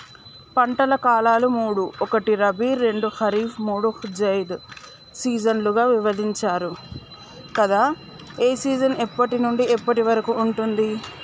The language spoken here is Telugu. పంటల కాలాలు మూడు ఒకటి రబీ రెండు ఖరీఫ్ మూడు జైద్ సీజన్లుగా విభజించారు కదా ఏ సీజన్ ఎప్పటి నుండి ఎప్పటి వరకు ఉంటుంది?